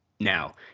now